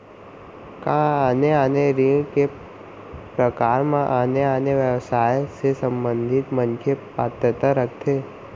का आने आने ऋण के प्रकार म आने आने व्यवसाय से संबंधित मनखे पात्रता रखथे?